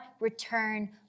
return